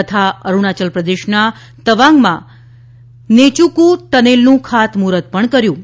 તથા અરૂણાચલ પ્રદેશના તવાંગમાં નેચીક્ ટનેલનું ખાતમૂહૂર્ત પણ કર્યું છે